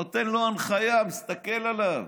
הוא נותן לו הנחיה, מסתכל עליו.